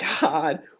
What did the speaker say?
God